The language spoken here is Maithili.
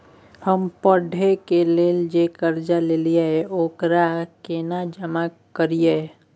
हम पढ़े के लेल जे कर्जा ललिये ओकरा केना जमा करिए?